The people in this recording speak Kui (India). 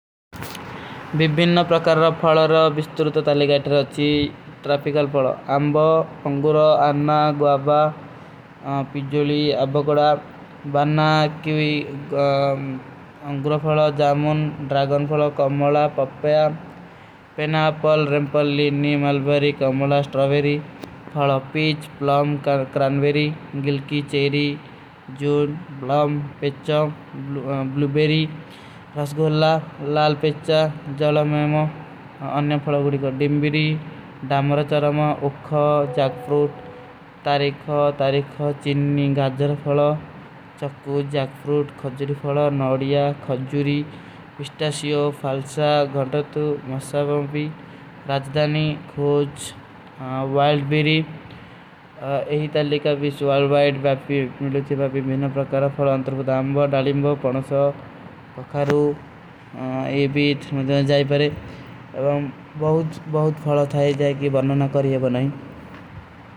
ଵିଭୀନ ପ୍ରକାର ଫଲୋର ଵିଷ୍ଟୁରତ ତାଲେ ଗାଟର ଅଚ୍ଛୀ ତ୍ରାଫିକଲ ଫଲୋ ଆମବୋ, ଅଂଗୁରୋ, ଆନ୍ନା, ଗୌବା, ପିଜୋଲୀ, ଅବଗୌଡା। ବାନ୍ନା, କିଵୀ, ଅଂଗୁରୋ ଫଲୋ, ଜାମୁନ, ଡ୍ରାଗୌନ ଫଲୋ, କମୋଲା, ପପଯା, ପେନା, ପଲ, ରେଂପଲ, ଲିନୀ, ମଲଵରୀ, କମୋଲା। ସ୍ଟ୍ରାଵେରୀ, ଫଲୋ, ପୀଜ, ପ୍ଲମ, କ୍ରାନଵେରୀ, ଗିଲ୍କୀ, ଚେରୀ, ଜୂନ, ବ୍ଲମ, ପେଚ୍ଛଂ, ବ୍ଲୂବେରୀ, ରାଜଗୋଲା, ଲାଲ, ପେଚ୍ଛା, ଜାଲମେମ। ଅନ୍ଯା, ଫଲୋଗୁରୀ, ଡିଂବିରୀ, ଡାମରଚରମ, ଉଖହ, ଜାକ ଫଲୋ, ଚକ୍କୁଜ, ଜାକଫ୍ରୂଟ, ଖଜୁରୀ ଫଲୋ, ନୋଡିଯା, ଖଜୁରୀ। ପିସ୍ଟାସିଯୋ, ଫାଲ୍ସା, ଗଂଟତୁ, ମସ୍ସାଗଂପୀ, ରାଜଦାନୀ, ଖୋଜ, ଵାଲ୍ଡ ବୀରୀ, ଏହୀ ତାଲେକାବୀ, ସୁଵାଲଵାଇଡ, ବାପୀ, ବିଲୂଚୀ ବାପୀ, ମେନା ପ୍ରକାରଫଲୋ, ଅଂତର।